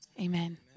Amen